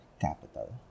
capital